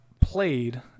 played